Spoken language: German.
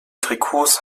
trikots